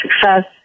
success